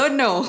no